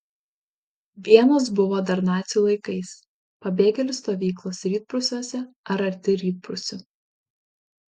vienos buvo dar nacių laikais pabėgėlių stovyklos rytprūsiuose ar arti rytprūsių